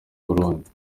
burundi